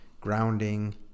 grounding